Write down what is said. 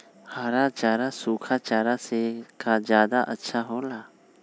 हरा चारा सूखा चारा से का ज्यादा अच्छा हो ला?